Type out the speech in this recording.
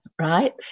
right